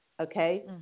Okay